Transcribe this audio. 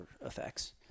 effects